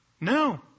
No